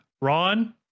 Ron